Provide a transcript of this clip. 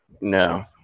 No